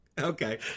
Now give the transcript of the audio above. okay